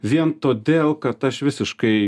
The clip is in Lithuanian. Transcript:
vien todėl kad aš visiškai